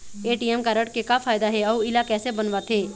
ATM card के का फायदा हे अऊ इला कैसे बनवाथे?